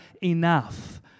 enough